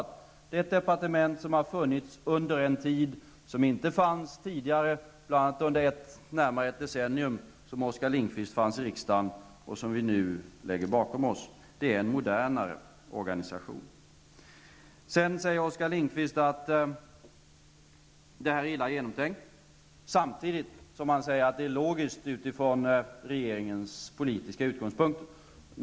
Det är ett departement som har funnits under en tid, som inte fanns tidigare, bl.a. under närmare ett decennium då Oskar Lindkvist fanns i riksdagen, och som vi nu lägger bakom oss. Detta är en modernare organisation. Oskar Lindkvist säger att detta är illa genomtänkt, samtidigt som han säger att det är logiskt utifrån regeringens politiska utgångspunkter.